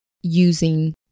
using